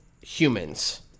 humans